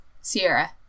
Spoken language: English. Sierra